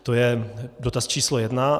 To je dotaz číslo jedna.